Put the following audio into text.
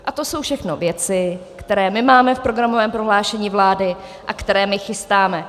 A to jsou všechno věci, které my máme v programovém prohlášení vlády a které my chystáme.